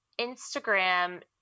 Instagram